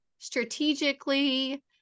strategically